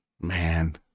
Man